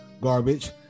garbage